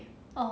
orh